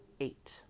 eight